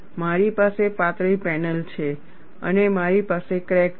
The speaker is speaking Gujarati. મારી પાસે પાતળી પેનલ છે અને મારી પાસે ક્રેક છે